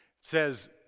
says